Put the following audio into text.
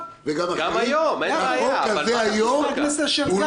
חבר הכנסת אשר,